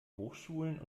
hochschulen